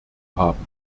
haben